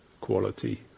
quality